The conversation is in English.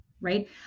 right